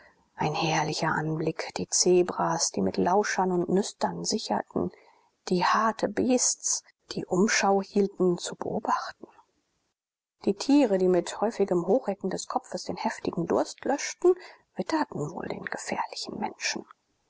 ein herrlicher anblick die zebras die mit lauschern und nüstern sicherten die hartebeests die umschau hielten zu beobachten die tiere die mit häufigem hochschrecken des kopfes den heftigen durst löschten witterten wohl den gefährlichen menschen